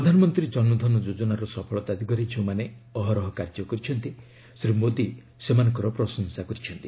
ପ୍ରଧାନମନ୍ତ୍ରୀ ଜନଧନ ଯୋଜନାର ସଫଳତା ଦିଗରେ ଯେଉଁମାନେ ଅହରହ କାର୍ଯ୍ୟ କରିଛନ୍ତି ଶ୍ରୀ ମୋଦି ସେମାନଙ୍କର ପ୍ରଶଂସା କରିଛନ୍ତି